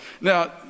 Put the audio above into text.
Now